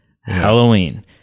Halloween